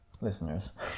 listeners